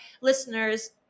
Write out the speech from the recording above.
listeners